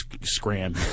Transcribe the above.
scram